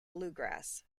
bluegrass